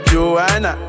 Joanna